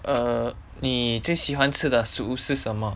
err 你最喜欢吃的食物是什么